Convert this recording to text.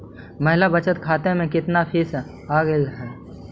महिला बचत खाते के केतना फीस लगअ हई